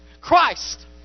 Christ